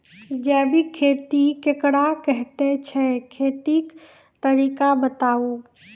जैबिक खेती केकरा कहैत छै, खेतीक तरीका बताऊ?